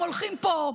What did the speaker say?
הם הולכים פה,